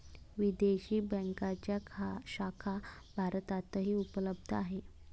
विदेशी बँकांच्या शाखा भारतातही उपलब्ध आहेत